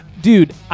Dude